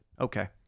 Okay